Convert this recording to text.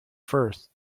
first